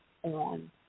on